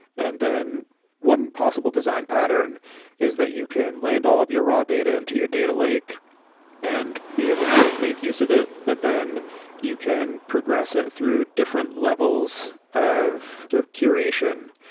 and then one possible design pattern is that you can land all of your raw data into your data lake and be able to make use of it, but then you can progress it through different levels of sort of curation.